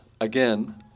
again